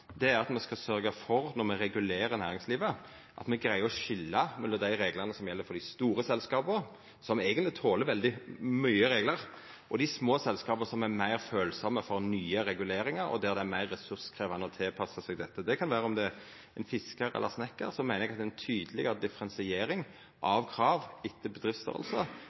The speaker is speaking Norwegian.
er at me når me regulerer næringslivet, skal sørgja for at me greier å skilja mellom dei reglane som gjeld for dei store selskapa, som eigentleg toler veldig mykje reglar, og dei små selskapa, som er meir følsame for nye reguleringar, og der det er meir ressurskrevjande å tilpassa seg dette. Om det er ein fiskar eller ein snikkar, meiner eg at ei tydelegare differensiering av krav etter